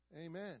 Amen